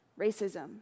racism